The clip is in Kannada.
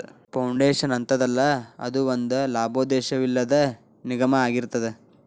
ಫೌಂಡೇಶನ್ ಅಂತದಲ್ಲಾ, ಅದು ಒಂದ ಲಾಭೋದ್ದೇಶವಿಲ್ಲದ್ ನಿಗಮಾಅಗಿರ್ತದ